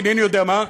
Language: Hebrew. אינני יודע מה,